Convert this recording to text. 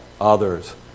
others